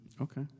Okay